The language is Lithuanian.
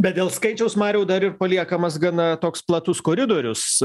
bet dėl skaičiaus mariau dar ir paliekamas gana toks platus koridorius